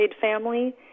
family